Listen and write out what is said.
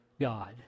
God